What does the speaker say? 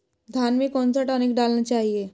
धान में कौन सा टॉनिक डालना चाहिए?